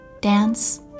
dance